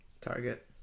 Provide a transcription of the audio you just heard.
Target